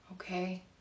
Okay